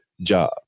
job